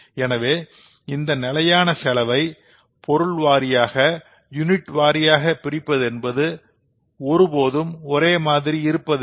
எனவே இந்த நிலையான செலவை பொருள் வாரியாக யுனிட் வாரியாக பிரிப்பது என்பது ஒருபோதும் ஒரே மாதிரி இருப்பதில்லை